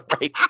right